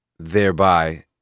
thereby